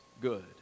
good